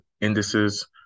indices